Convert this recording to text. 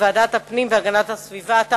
לוועדת הפנים והגנת הסביבה נתקבלה.